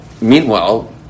meanwhile